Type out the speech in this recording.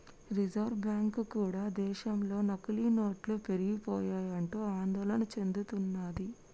reserve bank కూడా దేశంలో నకిలీ నోట్లు పెరిగిపోయాయంటూ ఆందోళన చెందుతున్నది